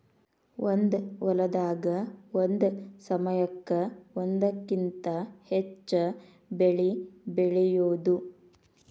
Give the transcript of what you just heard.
ಒಂದ ಹೊಲದಾಗ ಒಂದ ಸಮಯಕ್ಕ ಒಂದಕ್ಕಿಂತ ಹೆಚ್ಚ ಬೆಳಿ ಬೆಳಿಯುದು